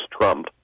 trump